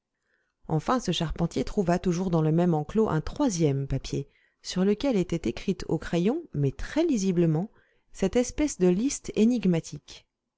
enfin ce charpentier trouva toujours dans le même enclos un troisième papier sur lequel était écrite au crayon mais très lisiblement cette espèce de liste énigmatique